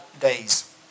days